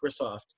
Microsoft